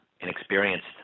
inexperienced